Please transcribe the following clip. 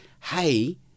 hey